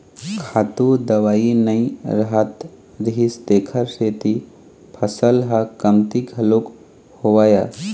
खातू दवई नइ रहत रिहिस तेखर सेती फसल ह कमती घलोक होवय